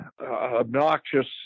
obnoxious